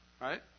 Right